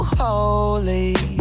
holy